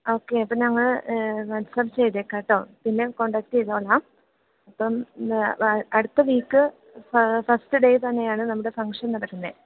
okay അപ്പം ഞങ്ങൾ WhatsApp ചെയ്തേക്കാം കേട്ടോ പിന്നെ കോൺടാക്ട് ചെയ്തോളാം അപ്പം അടുത്ത വീക്ക് ഫസ്റ്റ് ഡേ തന്നെയാണ് നമ്മുടെ ഫങ്ഷൻ നടക്കുന്നത്